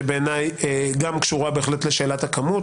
שבעיניי היא גם קשורה בהחלט לשאלת הכמות.